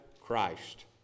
Christ